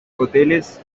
hoteles